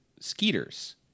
Skeeters